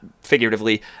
figuratively